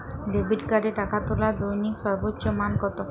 Debit কার্ডে টাকা তোলার দৈনিক সর্বোচ্চ মান কতো?